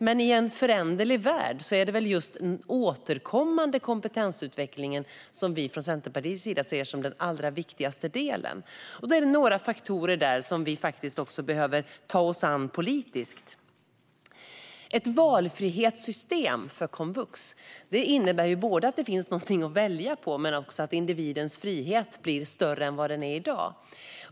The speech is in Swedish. Men i en föränderlig värld är det just den återkommande kompetensutvecklingen som vi från Centerpartiets sida ser som den allra viktigaste delen, och det finns några faktorer där som vi behöver ta oss an politiskt. Ett valfrihetssystem för komvux innebär både att det finns någonting att välja på och att individens frihet blir större än den är i dag.